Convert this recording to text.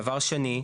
דבר שני,